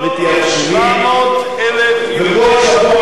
וכל יום מתווספים וכל היום מתווספים.